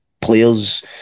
players